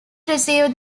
received